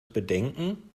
bedenken